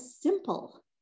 simple